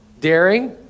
daring